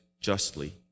justly